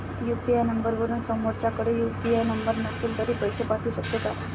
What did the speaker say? UPI नंबरवरून समोरच्याकडे UPI number नसेल तरी पैसे पाठवू शकते का?